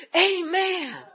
amen